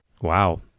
Wow